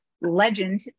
legend